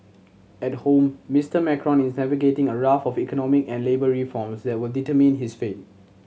at home Mister Macron is navigating a raft of economic and labour reforms that will determine his fate